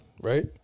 Right